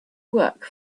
work